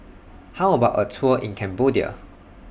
How about A Tour in Cambodia